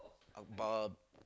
about